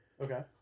Okay